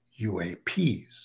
UAPs